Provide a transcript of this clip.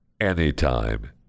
Anytime